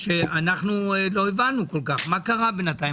שלא הבנו, מה קרה בינתיים?